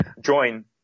join